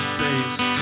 face